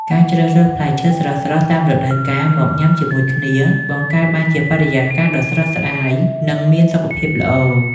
ការជ្រើសរើសផ្លែឈើស្រស់ៗតាមរដូវកាលមកញ៉ាំជាមួយគ្នា បង្កើតបានជាបរិយាកាសដ៏ស្រស់ស្រាយ និងមានសុខភាពល្អ។